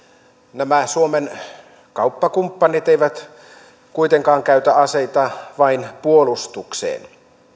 nämä suomen kauppakumppanit eivät kuitenkaan käytä aseita vain puolustukseen